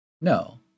No